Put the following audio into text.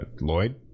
Lloyd